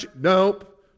nope